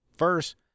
First